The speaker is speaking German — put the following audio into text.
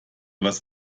was